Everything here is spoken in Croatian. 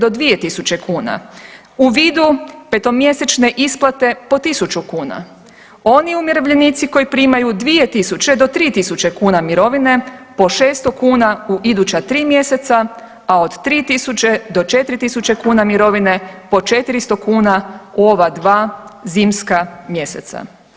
do 2.000 kuna u vidu 5-mjesečne isplate po 1.000 kuna, oni umirovljenici koji primaju 2.000 do 3.000 kuna mirovine po 600 kuna u iduća 3 mjeseca, a od 3.000 do 4.000 kuna mirovine po 400 kuna u ova 2 zimska mjeseca.